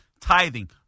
tithing